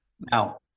Now